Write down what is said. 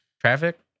Traffic